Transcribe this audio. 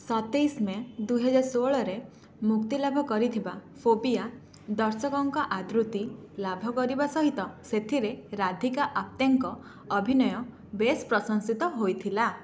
ସତେଇଶି ମେ ଦୁଇହଜାର ଷୋହଳରେ ମୁକ୍ତିଲାଭ କରିଥିବା ଫୋବିଆ ଦର୍ଶକଙ୍କ ଆଦୃତି ଲାଭ କରିବା ସହିତ ସେଥିରେ ରାଧିକା ଆପ୍ତେଙ୍କ ଅଭିନୟ ବେଶ୍ ପ୍ରଶଂସିତ ହୋଇଥିଲା